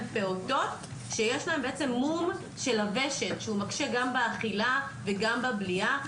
פעוטות שיש להם מום בוושט שמקשה גם באכילה וגם בבליעה,